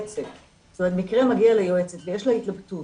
מקרה מגיע ליועצת ויש לה התלבטות